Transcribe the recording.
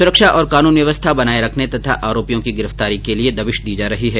सुरक्षा और कानून व्यवस्था बनाये रखने तथा आरोपियों की गिरफ्तारी के लिए दबिश दी जा रही है